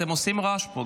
אתם עושים רעש פה.